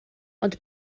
ond